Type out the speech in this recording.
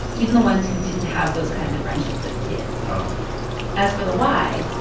even the ones who didn't have those kinds of friendships as kids wow as for the why.